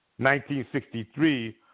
1963